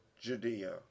Judea